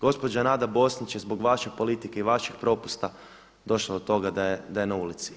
Gospođa Nada Bosnić je zbog vaše politike i vašeg propusta došla do toga da je na ulici.